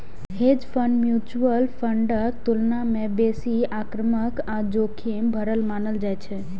hedge fund mutual फंडक तुलना मे बेसी आक्रामक आ जोखिम भरल मानल जाइ छै